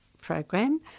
Program